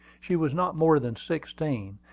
she was not more than sixteen,